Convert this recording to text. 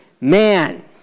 man